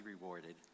rewarded